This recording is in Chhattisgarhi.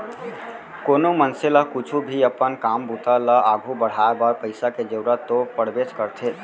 कोनो मनसे ल कुछु भी अपन काम बूता ल आघू बढ़ाय बर पइसा के जरूरत तो पड़बेच करथे